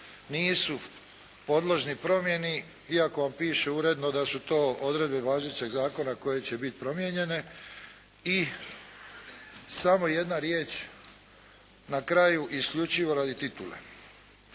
nisu podložni promjeni iako vam piše uredno da su to odredbe važećeg Zakona koje će biti promijenjene. I samo jedna riječ na kraju isključivo radi titule.